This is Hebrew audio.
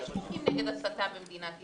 יש חוקים נגד הסתה במדינת ישראל,